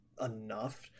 enough